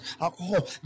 alcohol